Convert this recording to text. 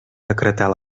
decretar